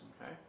Okay